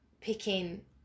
picking